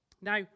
Now